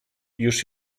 już